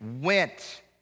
went